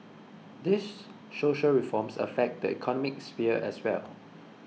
these social reforms affect the economic sphere as well